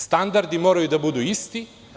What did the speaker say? Standardi moraju da budu isti.